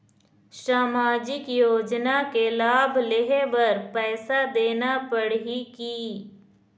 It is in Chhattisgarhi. सामाजिक योजना के लाभ लेहे बर पैसा देना पड़ही की?